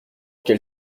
quel